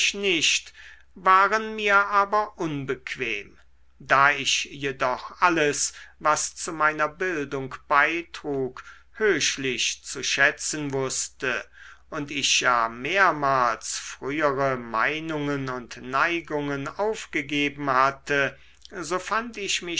nicht waren mir aber unbequem da ich jedoch alles was zu meiner bildung beitrug höchlich zu schätzen wußte und ich ja mehrmals frühere meinungen und neigungen aufgegeben hatte so fand ich